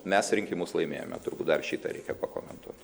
mes rinkimus laimėjome turbūt dar šitą reikia pakomentuot